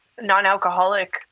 non-alcoholic